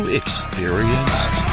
experienced